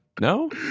No